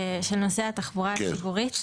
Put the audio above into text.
של נושא התחבורה הציבורית.